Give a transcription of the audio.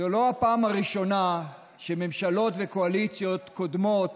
זו לא הפעם הראשונה שממשלות וקואליציות קודמות